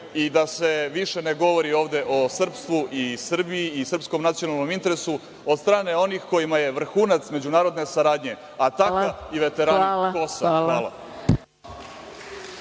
se više ne govori ovde o srpstvu i Srbiji i srpskom nacionalnom interesu od strane onih kojima je vrhunac međunarodne saradnje… **Maja Gojković** Hvala. Idemo